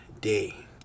day